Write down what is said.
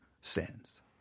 sins